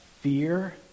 fear